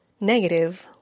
negative